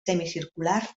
semicircular